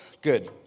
Good